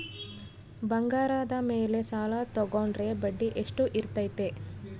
ಬಂಗಾರದ ಮೇಲೆ ಸಾಲ ತೋಗೊಂಡ್ರೆ ಬಡ್ಡಿ ಎಷ್ಟು ಇರ್ತೈತೆ?